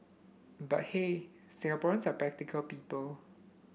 but hey Singaporeans are practical people